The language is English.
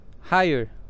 higher